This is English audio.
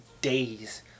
days